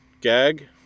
gag